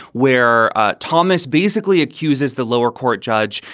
where ah thomas basically accuses the lower court judge,